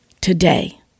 today